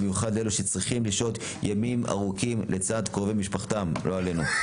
ובמיוחד לאלו שצריכים לשהות ימים ארוכים לצד קרובי משפחתם- לא עלינו.